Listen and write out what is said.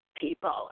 people